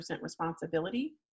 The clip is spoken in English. responsibility